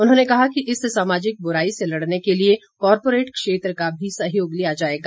उन्होंने कहा कि इस सामाजिक बुराई से लड़ने के लिए कॉर्पोरेट क्षेत्र का भी सहयोग लिया जाएगा